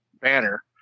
banner